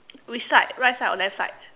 which side right side or left side